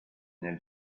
nel